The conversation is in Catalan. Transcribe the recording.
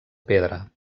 pedra